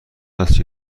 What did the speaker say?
است